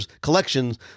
collections